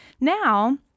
now